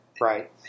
right